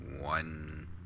one